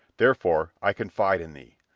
therefore i confide in thee.